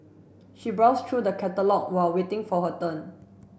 she browsed through the catalogue while waiting for her turn